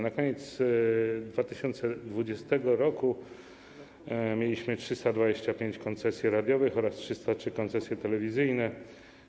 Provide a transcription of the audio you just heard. Na koniec 2020 r. mieliśmy 325 koncesji radiowych oraz 303 koncesje telewizyjne.